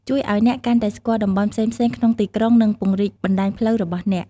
ជួយឱ្យអ្នកកាន់តែស្គាល់តំបន់ផ្សេងៗក្នុងទីក្រុង និងពង្រីកបណ្ដាញផ្លូវរបស់អ្នក។